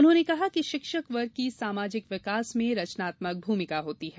उन्होंने कहा कि शिक्षक वर्ग की सामाजिक विकास में रचनात्मक भूमिका होती है